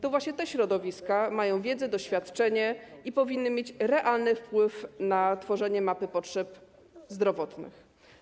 To właśnie te środowiska mają wiedzę, doświadczenie i powinny mieć realny wpływ na tworzenie mapy potrzeb zdrowotnych.